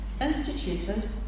instituted